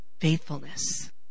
faithfulness